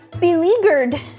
beleaguered